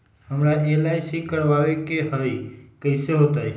हमरा एल.आई.सी करवावे के हई कैसे होतई?